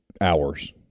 Hours